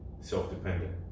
self-dependent